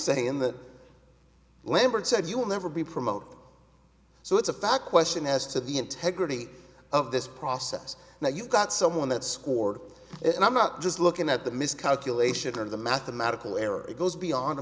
saying that lambert said you will never be promoted so it's a fact question as to the integrity of this process now you've got someone that scored it and i'm not just looking at the miscalculation or the mathematical error it goes beyond a